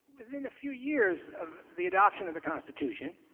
within a few years of the adoption of the constitution,